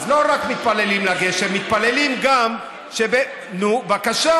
אז לא רק מתפללים לגשם, מתפללים גם, נו, בבקשה.